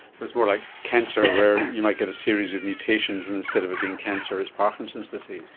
it's more like cancer where you might get a series of mutations and instead of it being cancer it's parkinson's disease.